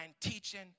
teaching